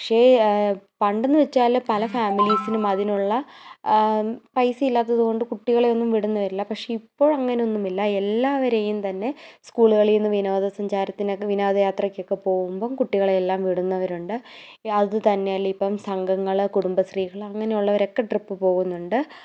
പക്ഷെ പണ്ടെന്നുവെച്ചാൽ പല ഫാമിലീസിനും അതിനുള്ള പൈസ ഇല്ലാത്തത് കൊണ്ട് കുട്ടികളെയൊന്നും വിടുന്നവരില്ല ഇപ്പോൾ അങ്ങനെയൊന്നുമില്ല എല്ലാവരെയും തന്നെ സ്കൂളുകളിൽ നിന്ന് വിനോദ സഞ്ചാരത്തിനൊക്കെ വിനോദയാത്രക്കൊക്കെ പോകുമ്പോൾ കുട്ടികളെയെല്ലാം വിടുന്നവരുണ്ട് അതുതന്നെയല്ലേ ഇപ്പം സംഘങ്ങൾ കുടുംബശ്രീകൾ അങ്ങനെയുള്ളവരൊക്കെ ഇപ്പോൾ ട്രിപ്പ് പോകുന്നുണ്ട്